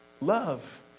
Love